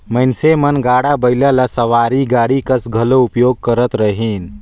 मइनसे मन गाड़ा बइला ल सवारी गाड़ी कस घलो उपयोग करत रहिन